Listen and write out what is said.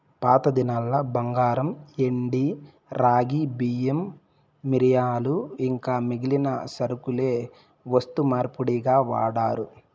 పాతదినాల్ల బంగారు, ఎండి, రాగి, బియ్యం, మిరియాలు ఇంకా మిగిలిన సరకులే వస్తు మార్పిడిగా వాడారు